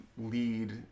lead